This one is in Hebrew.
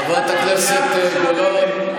חברת הכנסת גולן,